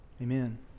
Amen